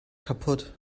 kaputt